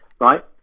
right